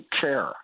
care